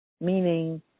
meaning